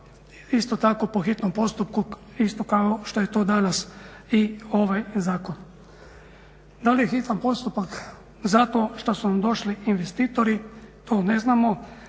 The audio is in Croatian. isto tako po hitnom postupku isto kao što je to danas i ovaj zakon. Da li je hitan postupak zato što su nam došli investitori to ne znamo,